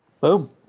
Boom